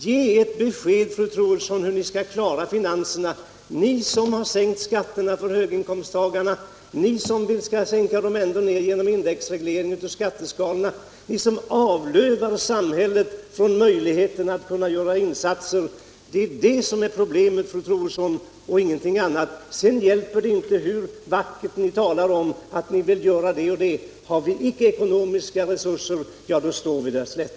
Ge ett besked, fru Troedsson, om hur ni skall klara finanserna, ni som sänkt skatterna för höginkomsttagarna, ni som vill sänka dessa skatter ännu mer genom indexreglering av skatteskalorna, ni som berövar samhället möjlighet att göra insatser! Det är detta och ingenting annat som är problemet, fru Troedsson. Sedan hjälper det inte hur vackert ni än talar om att ni vill göra det och det. Har vi icke ekonomiska resurser, står vi oss slätt.